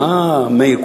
מה מאיר?